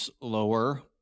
lower